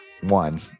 One